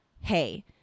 hey